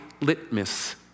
litmus